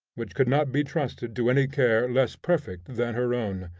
which could not be trusted to any care less perfect than her own.